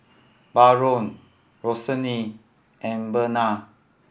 Baron Roxane and Bena